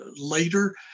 later